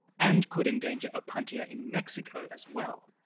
and could endanger opuntia in mexico as well.